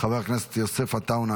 חבר הכנסת יוסף עטאונה,